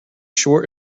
short